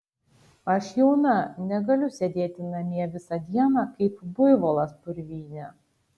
aš jauna negaliu sėdėti namie visą dieną kaip buivolas purvyne